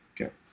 Okay